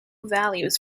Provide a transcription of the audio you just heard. values